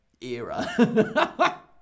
era